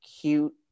cute